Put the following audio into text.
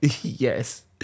Yes